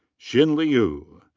xin liu.